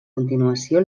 continuació